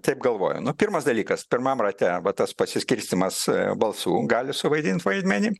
taip galvoju nu pirmas dalykas pirmam rate va tas pasiskirstymas balsų gali suvaidint vaidmenį